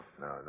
no